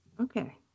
Okay